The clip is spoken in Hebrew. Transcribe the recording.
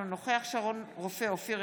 אינו נוכח שרון רופא אופיר,